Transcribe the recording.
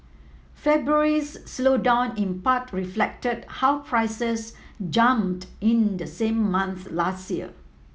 February's slowdown in part reflected how prices jumped in the same month last year